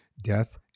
death